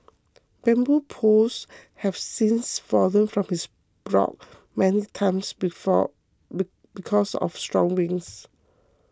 bamboo poles have since fallen from his block many times before because of strong winds